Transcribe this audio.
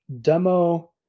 demo